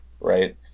right